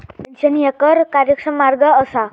pension ह्या कर कार्यक्षम मार्ग असा